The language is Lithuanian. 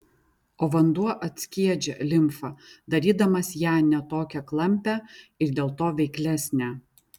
o vanduo atskiedžia limfą darydamas ją ne tokią klampią ir dėl to veiklesnę